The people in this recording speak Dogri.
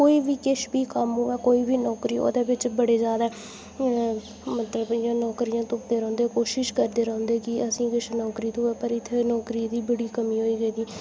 कोई बी किश बी कम्म होए ऐ कोई बी नौकरी होए ऐ ओह्दे बिच्च बड़े जैदा मतलब इ'यां नौकरियां तुपदे रौंह्दे कोशश करदे रौंह्दे कि असें ई किश नौकरी थ्होऐ पर इत्थै नौकरी दी बड़ी कमी होई गेदी